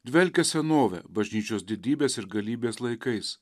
dvelkia senove bažnyčios didybės ir galybės laikais